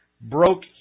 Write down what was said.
broke